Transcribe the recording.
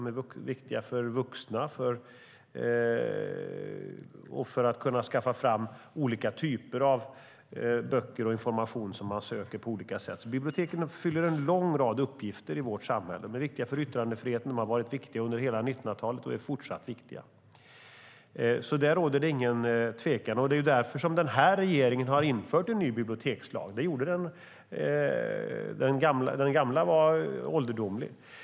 De är viktiga för vuxna och för att vi ska kunna skaffa fram olika typer av böcker och information som vi söker på olika sätt. Biblioteken fyller alltså en lång rad uppgifter i vårt samhälle. De är viktiga för yttrandefriheten. De har varit viktiga under hela 1900-talet och är fortsatt viktiga. Det råder ingen tvekan om det. Det är därför som har den här regeringen infört en ny bibliotekslag. Den gamla var ålderdomlig.